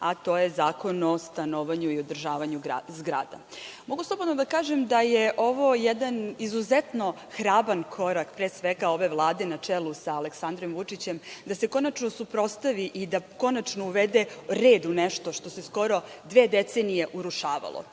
a to je Zakon o stanovanju i održavanju zgrada. Mogu slobodno da kažem da je ovo jedan izuzetno hrabar korak, pre svega ove Vlade na čelu Aleksandrom Vučićem, da se konačno suprotstavi i da konačno uvede red u nešto što se skoro dve decenije urušavalo.